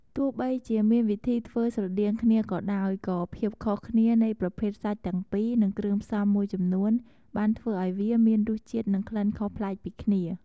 ទោះបីជាមានវិធីធ្វើស្រដៀងគ្នាក៏ដោយ ក៏ភាពខុសគ្នានៃប្រភេទសាច់ទាំងពីរ និងគ្រឿងផ្សំមួយចំនួនបានធ្វើឱ្យវាមានរសជាតិ និងក្លិនខុសប្លែកពីគ្នា។